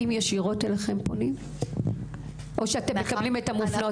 ישירות, או שאתן מקבלות את המופנות?